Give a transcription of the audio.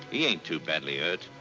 he ain't too badly hurt.